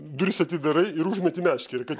duris atidarai ir užmeti meškerę kad